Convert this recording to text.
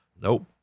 Nope